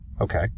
Okay